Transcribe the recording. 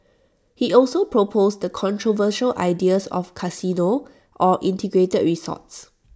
he also proposed the controversial ideas of casinos or integrated resorts